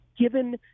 Given